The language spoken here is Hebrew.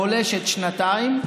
שגלשה שנתיים,